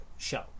show